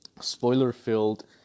spoiler-filled